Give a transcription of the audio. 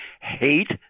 hate